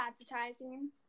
advertising